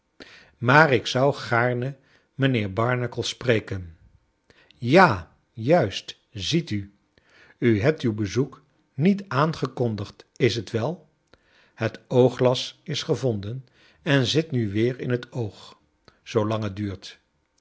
maar ik zou gaarne mijnheer barnacle spreken ja jaist ziet u u hebt uw bezoek niet aangekondigd is t wel het oogglas is gevonden en zit nu weer in het oog zoolang het duurt